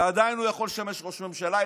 עדיין הוא יכול לשמש ראש ממשלה,